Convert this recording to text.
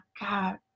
God